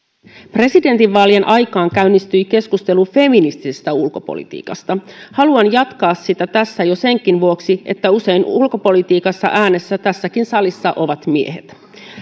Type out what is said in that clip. presidentinvaalien aikaan käynnistyi keskustelu feministisestä ulkopolitiikasta haluan jatkaa sitä tässä jo senkin vuoksi että usein ulkopolitiikassa äänessä tässäkin salissa ovat miehet